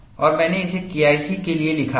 और मैंने इसे KIC के लिए लिखा है